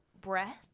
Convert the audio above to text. breath